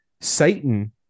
Satan